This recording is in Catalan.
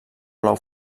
blau